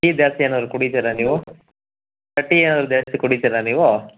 tea ಜಾಸ್ತಿ ಏನಾದರೂ ಕುಡಿತೀರಾ ನೀವು ಟೀ ಏನಾದರೂ ಜಾಸ್ತಿ ಕುಡಿತೀರಾ ನೀವು